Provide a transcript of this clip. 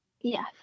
Yes